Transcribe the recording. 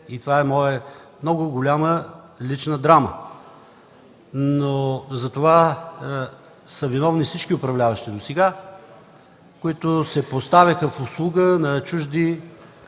и това е моя много голяма лична драма. За това са виновни всички управляващи досега, които се поставяха в услуга на чужди